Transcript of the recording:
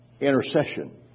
Intercession